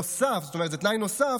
בנוסף, זאת אומרת, זה תנאי נוסף,